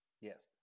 Yes